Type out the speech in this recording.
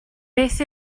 beth